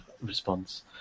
response